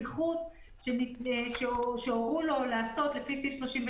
בטיחות לגבי מיתקן גז שניתנה לפי סעיף 37,